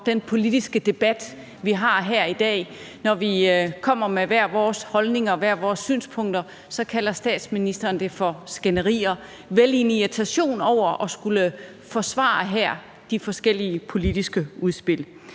den politiske debat, vi har her i dag. Når vi kommer med hver vores holdninger og hver vores synspunkter, så kalder statsministeren det for skænderier – vel i en irritation over her at skulle forsvare de forskellige politiske udspil.